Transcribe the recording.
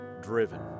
driven